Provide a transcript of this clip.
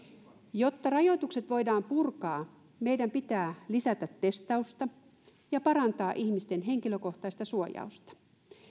jotta rajoitukset voidaan purkaa meidän pitää lisätä testausta ja parantaa ihmisten henkilökohtaista suojausta